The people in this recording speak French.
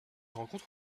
rencontre